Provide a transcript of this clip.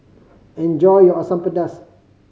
enjoy your Asam Pedas